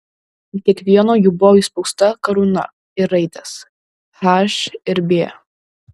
ant kiekvieno jų buvo įspausta karūna ir raidės h ir b